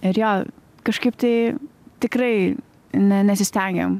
ir jo kažkaip tai tikrai ne nesistengiam